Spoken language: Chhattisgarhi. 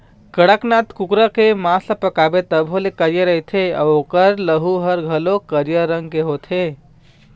कड़कनाथ कुकरा के मांस ल पकाबे तभो ले करिया रहिथे अउ ओखर लहू ह घलोक करिया रंग के होथे